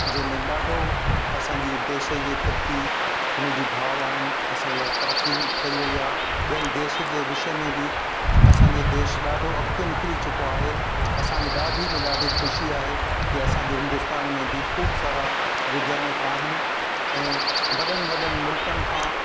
जंहिंमें ॾाढो असांजे देश जे प्रति हुन जी भाव आहिनि असांजे लाइ तरक़ी कई वई आहे ॿियनि देश जे विषय में बि असांजे देश ॾाढो अॻिते निकिरी चुको आहे असांखे ॾाढी में ॾाढी ख़ुशी आहे कि असांजे हिंदुस्तान में बि खूब सारा विज्ञानिक आहिनि ऐं वॾनि वॾनि मुल्कनि खां